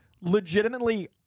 legitimately